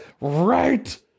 right